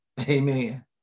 Amen